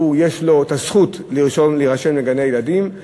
יש לו את הזכות להירשם לגני-ילדים,